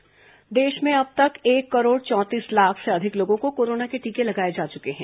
corona समाचार देश में अब तक एक करोड़ चौंतीस लाख से अधिक लोगों को कोरोना के टीके लगाए जा चुके हैं